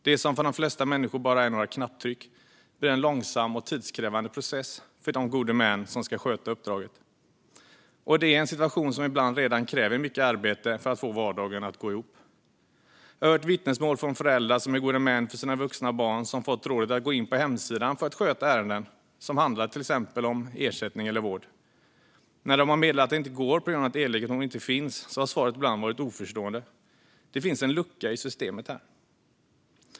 Det som för de flesta människor bara kräver några knapptryck blir en långsam och tidskrävande process för de gode män som ska sköta uppdraget - och detta i en situation som ibland redan kräver mycket arbete för att få vardagen att gå ihop. Jag har hört vittnesmål från föräldrar som är gode män för sina vuxna barn och fått rådet att gå in på hemsidan för att sköta ärenden som handlar om till exempel ersättning eller vård. När de har meddelat att det inte går på grund av att e-legitimation inte finns har svaret ibland varit oförstående. Det finns en lucka i systemet här.